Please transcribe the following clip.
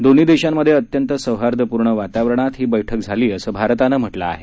दोन्ही देशांमध्ये अत्यंत सौहार्दपूर्ण वातावरणात ही बैठक झाली असं भारतानं म्हटलं आहे